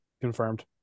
Confirmed